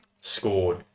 scored